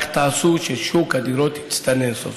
רק תעשו ששוק הדירות יצטנן סוף-סוף.